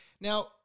Now